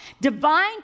Divine